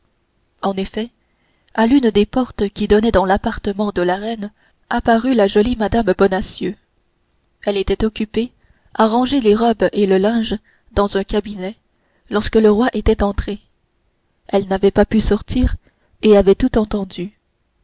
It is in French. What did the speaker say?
en effet à l'une des portes qui donnaient dans l'appartement de la reine apparut la jolie mme bonacieux elle était occupée à ranger les robes et le linge dans un cabinet lorsque le roi était entré elle n'avait pas pu sortir et avait tout entendu